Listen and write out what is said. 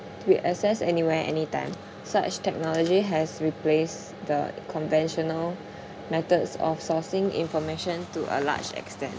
we access anywhere anytime such technology has replaced the conventional methods of sourcing information to a large extent